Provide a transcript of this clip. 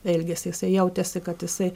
elgėsi jisai jautėsi kad jisai